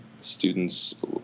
students